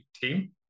team